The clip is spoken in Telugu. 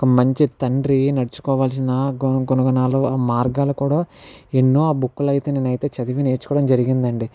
ఒక మంచి తండ్రి నడుచుకోవాల్సిన గుణ గుణాలు ఆ మార్గాలు కూడా ఎన్నో ఆ బుక్కులో అయితే నేనైతే చదివి నేర్చుకోవడం జరిగింది అండి